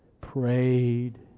prayed